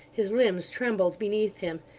his limbs trembled beneath him,